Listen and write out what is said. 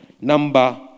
number